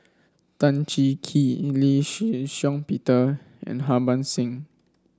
Tan Cheng Kee Lee Shih Shiong Peter and Harbans Singh